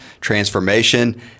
transformation